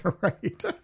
Right